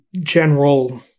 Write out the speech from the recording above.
general